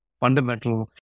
fundamental